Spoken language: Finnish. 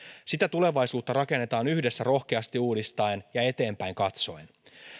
sitä tulevaisuutta rakennetaan yhdessä rohkeasti uudistaen ja eteenpäin katsoen